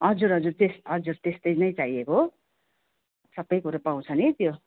हजुर हजुर त्यस हजुर त्यस्तै नै चाहिएको सबै कुरो पाउँछ नि त्यो